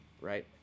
right